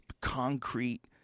concrete